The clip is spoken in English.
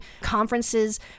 conferences